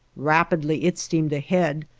rapidly it steamed ahead,